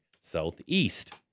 Southeast